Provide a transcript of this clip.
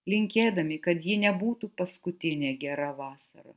linkėdami kad ji nebūtų paskutinė gera vasara